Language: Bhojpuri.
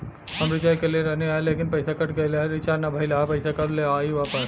हम रीचार्ज कईले रहनी ह लेकिन पईसा कट गएल ह रीचार्ज ना भइल ह और पईसा कब ले आईवापस?